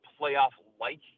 playoff-like